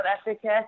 Africa